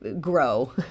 grow